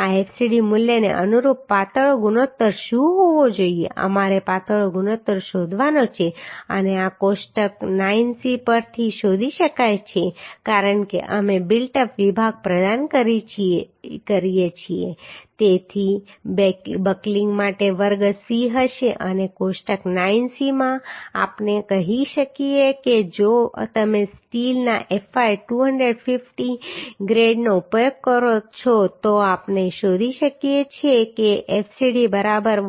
આ fcd મૂલ્યને અનુરૂપ પાતળો ગુણોત્તર શું હોવો જોઈએ અમારે પાતળો ગુણોત્તર શોધવાનો છે અને આ કોષ્ટક 9c પરથી શોધી શકાય છે કારણ કે અમે બિલ્ટ અપ વિભાગ પ્રદાન કરીએ છીએ જેથી તે બકલિંગ માટે વર્ગ c હશે અને કોષ્ટક 9c માં આપણે કહી શકીએ કે જો તમે સ્ટીલના fy 250 ગ્રેડનો ઉપયોગ કરો છો તો આપણે શોધી શકીએ છીએ કે fcd બરાબર 145